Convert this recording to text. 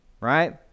Right